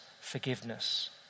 forgiveness